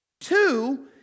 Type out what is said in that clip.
Two